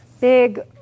big